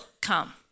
come